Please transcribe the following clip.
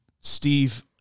Steve